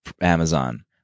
Amazon